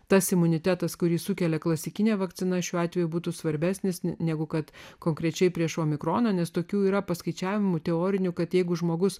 tas imunitetas kurį sukelia klasikinė vakcina šiuo atveju būtų svarbesnis negu kad konkrečiai prieš mikroną nes tokių yra paskaičiavimų teorinių kad jeigu žmogus